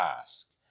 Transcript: ask